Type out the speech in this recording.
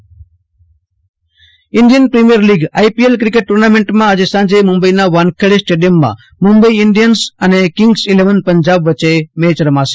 Ashutosh Antani IPL Indian Premier League IPL cricket ટુર્નામેન્ટમાં આજે સાંજે મુંબઈના વાનખેડે સ્ટેડિયમમાં મુંબઈ ઈન્ડિયન્સ અને કિંગ્સ ઈલેવન પંજાબ વચ્ચે રમાશે